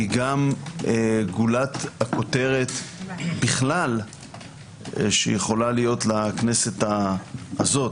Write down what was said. היא גם גולת הכותרת בכלל שיכולה להיות לכנסת הזאת,